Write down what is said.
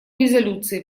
резолюции